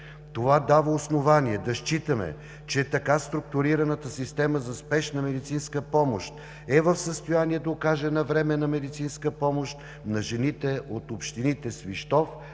Това дава основание да считаме, че така структурираната система за спешна медицинска помощ е в състояние да окаже навременна медицинска помощ на жените от общините Свищов,